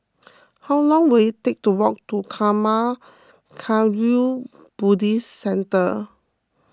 how long will it take to walk to Karma Kagyud Buddhist Centre